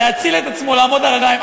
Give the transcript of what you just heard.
להציל את עצמו ולעמוד על הרגליים,